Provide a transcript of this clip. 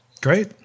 Great